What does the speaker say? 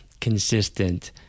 consistent